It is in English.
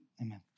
amen